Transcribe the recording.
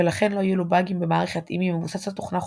ולכן לא יהיו לו באגים במערכת אם היא מבוססת תוכנה חופשית,